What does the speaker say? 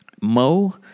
Mo